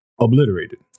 obliterated